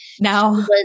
now